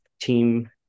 team